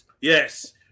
Yes